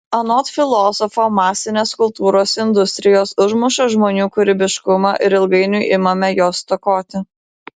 anot filosofo masinės kultūros industrijos užmuša žmonių kūrybiškumą ir ilgainiui imame jo stokoti